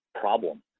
problem